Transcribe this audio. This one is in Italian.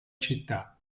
città